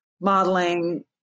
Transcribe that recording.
modeling